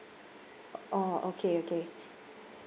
uh orh okay okay